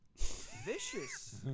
Vicious